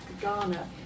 Ghana